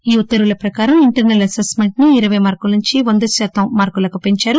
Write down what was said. ఈ ఉత్తర్వుల ప్రకారం ఇంటర్పల్ అసెస్ మెంట్పు ఇరవై మార్కుల నుంచి వంద శాతం మార్కులకు పెంచారు